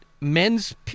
men's